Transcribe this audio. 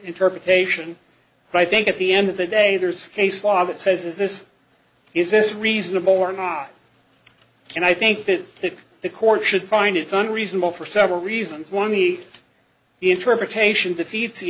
interpretation but i think at the end of the day there's case law that says is this is this reasonable or not and i think that that the court should find its unreasonable for several reasons one the interpretation defeats the